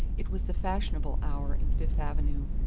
it was the fashionable hour in fifth avenue,